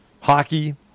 hockey